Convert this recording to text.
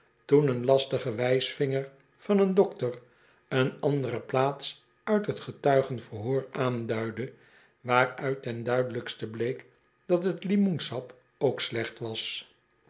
toen een lastige wijsvinger van een dokter een andere plaats uit t getuigenverhoor aanduidde waaruit ten duidelijkste bleek dat t limoensap ook slecht was